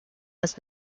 has